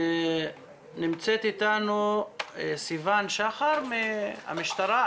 נמצאת איתנו סיוון שחר מהמשטרה,